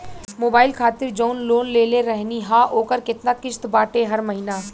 Mobile खातिर जाऊन loan लेले रहनी ह ओकर केतना किश्त बाटे हर महिना?